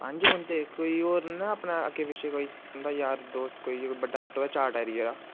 पंज बंदे कोई होर नीना अपने अग्गे पिच्छे कोई तुंदा यार दोस्त कोई बड्डा आटो होवे चार टैरी आह्ला